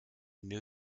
new